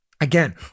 Again